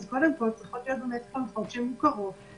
קודם כל צריכות להיות חלופות מוכרות,